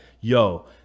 yo